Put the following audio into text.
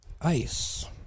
ice